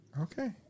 okay